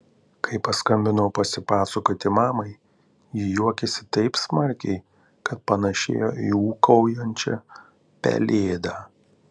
kai paskambinau pasipasakoti mamai ji juokėsi taip smarkiai kad panašėjo į ūkaujančią pelėdą